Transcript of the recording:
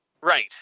Right